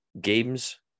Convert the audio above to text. games